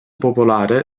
popolare